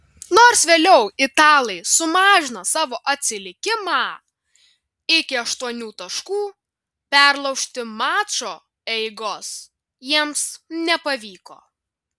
nors vėliau italai sumažino savo atsilikimą iki aštuonių taškų perlaužti mačo eigos jiems nepavyko